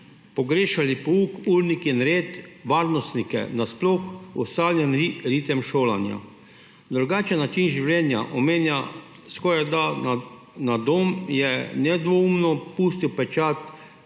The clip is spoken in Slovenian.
pogrešali pouk, urnik in red, varnostnike, nasploh ustaljen ritem šolanja. Drugačen način življenja, omejen skorajda na dom, je nedvoumno pustil pečat